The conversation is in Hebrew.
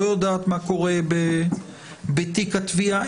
לא יודעת מה קורה בתיק התביעה.